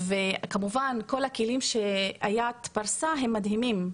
וכמובן שכל הכלים שאיאת פרסה הם מדהימים,